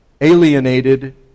alienated